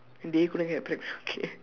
they couldn't get pregnant okay